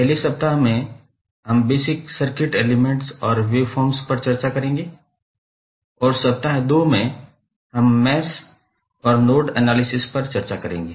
पहले सप्ताह में हम बेसिक सर्किट एलिमेंट्स और वेवफॉर्म्स पर चर्चा करेंगे और सप्ताह 2 में हम मैश और नोड एनालिसिस पर चर्चा करेंगे